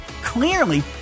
clearly